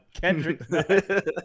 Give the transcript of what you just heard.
Kendrick